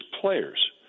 players